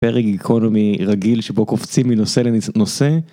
פרק גיקונומי רגיל שבו קופצים מנושא לנושא.